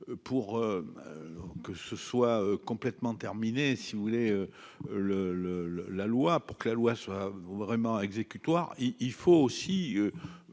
pour que ce soit complètement terminée, si vous voulez le le le la loi pour que la loi soit vraiment exécutoire, il faut aussi